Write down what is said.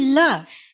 love